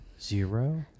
zero